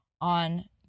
on